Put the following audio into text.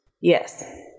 Yes